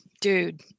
Dude